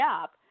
up